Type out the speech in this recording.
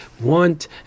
want